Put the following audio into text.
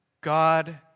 God